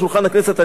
על שולחן הכנסת,